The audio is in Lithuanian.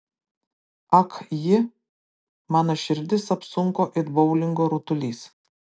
ak ji mano širdis apsunko it boulingo rutulys